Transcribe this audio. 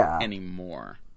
anymore